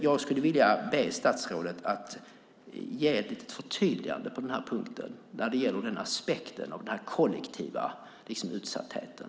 Jag skulle vilja be statsrådet att ge ett förtydligande när det gäller aspekten av den kollektiva utsattheten.